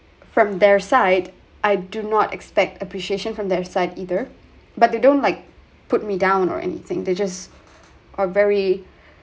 from their side I do not expect appreciation from their side either but they don't like put me down or anything they just are very